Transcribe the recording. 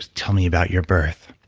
tell me about your birth.